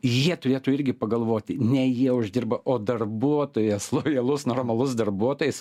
jie turėtų irgi pagalvoti ne jie uždirba o darbuotojas lojalus normalus darbuotojas